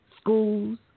schools